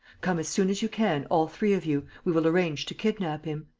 come as soon as you can, all three of you. we will arrange to kidnap him.